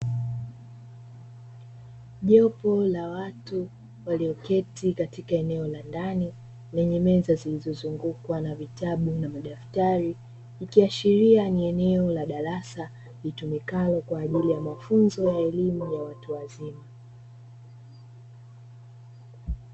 Jopo la watu walioketi katika eneo la ndani lenye meza zilizozungukwa na vitabu na madaftari, ikiashiria ni eneo la darasa litumikalo kwa ajili ya mafunzo ya elimu ya watu wazima.